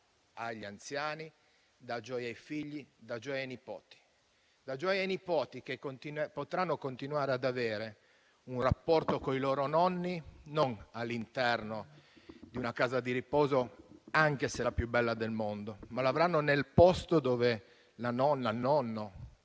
agli anziani, dà gioia ai figli e dà gioia ai nipoti, che potranno continuare ad avere un rapporto con i loro nonni non all'interno di una casa di riposo, anche se è la più bella del mondo, ma nel posto dove la nonna, il nonno